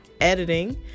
editing